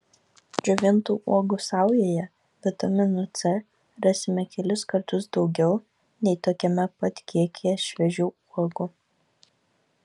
džiovintų uogų saujoje vitamino c rasime kelis kartus daugiau nei tokiame pat kiekyje šviežių uogų